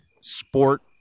sport